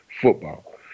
football